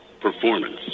performance